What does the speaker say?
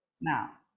Now